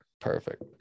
Perfect